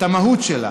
את המהות שלה.